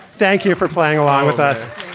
thank you for playing along with us